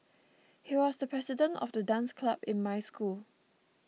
he was the president of the dance club in my school